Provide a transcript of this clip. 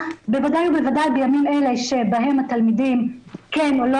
בוודאי ובוודאי בימים אלה שבהם התלמידים כן או לא